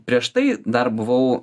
prieš tai dar buvau